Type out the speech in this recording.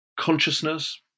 consciousness